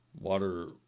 Water